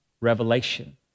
revelation